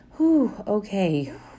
okay